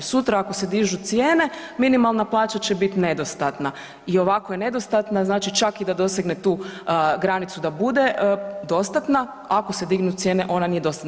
Sutra ako se dižu cijene minimalna plaća će biti nedostatna i ovako je nedostatna znači čak i da dosegne tu granicu da bude dostatna, ako se dignu cijene ona nije dostatna.